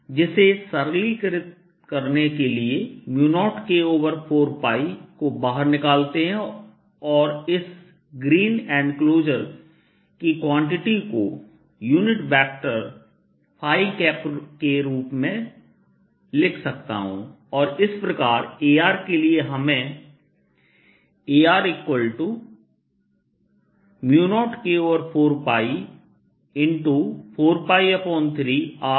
जिसे सरलीकृत करने के लिए 0K4π को बाहर निकालते हैं और इस ग्रीन एंक्लोजर की क्वांटिटी को यूनिट वेक्टर के रूप में लिख सकता हूं और इस प्रकार Ar के लिए हमें Ar0K4π4π3 r sinθ प्राप्त होता है